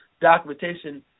documentation